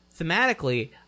thematically